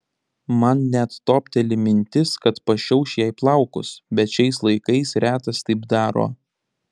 man net topteli mintis kad pašiauš jai plaukus bet šiais laikais retas taip daro